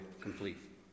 complete